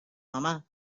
mamá